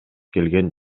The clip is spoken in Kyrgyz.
келген